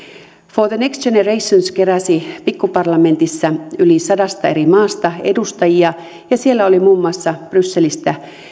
for the next generations keräsi pikkuparlamentissa edustajia yli sadasta eri maasta ja siellä oli muun muassa brysselistä